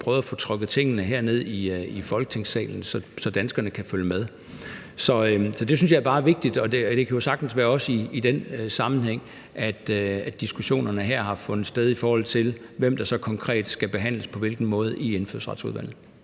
prøvet at få trukket tingene herned i Folketingssalen, så danskerne kan følge med. Så det synes jeg bare er vigtigt, og det kan jo sagtens også være i den sammenhæng, at diskussionerne her har fundet sted, i forhold til hvem der så konkret skal behandles på hvilken måde i Indfødsretsudvalget.